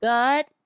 Good